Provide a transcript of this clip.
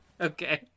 Okay